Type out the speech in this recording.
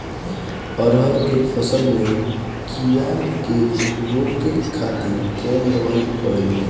अरहर के फसल में कीड़ा के रोके खातिर कौन दवाई पड़ी?